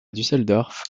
düsseldorf